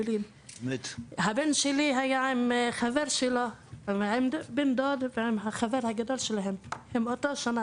הבן שלי היה עם חבר שלו ועם בן דוד הם מאותה שנה,